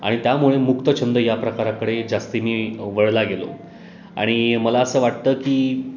आणि त्यामुळे मुक्तछंद या प्रकाराकडे जास्त मी वळला गेलो आणि मला असं वाटतं की